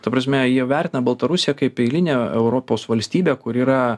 ta prasme jie vertina baltarusiją kaip eilinę europos valstybę kur yra